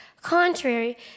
contrary